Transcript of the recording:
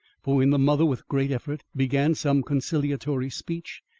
for when the mother, with great effort, began some conciliatory speech,